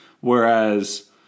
Whereas